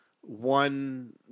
one